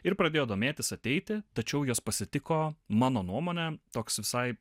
ir pradėjo domėtis ateiti tačiau juos pasitiko mano nuomone toks visai